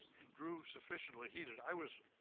and grew sufficiently heated. i was,